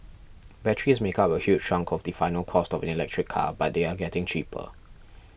batteries make up a huge chunk of the final cost of electric car but they are getting cheaper